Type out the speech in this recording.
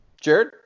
Jared